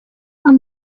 and